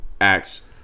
acts